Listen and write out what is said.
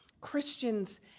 Christians